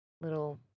little